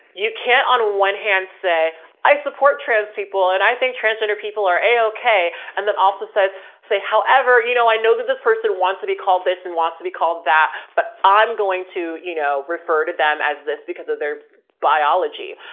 you can't, on one hand say i support trans people and i think transgender people are a okay. and then also says say however, you know, i know that this person wants to be called this and wants to be called that, but i'm going to, you know, refer to them as this because of their biology.